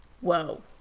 whoa